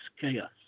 chaos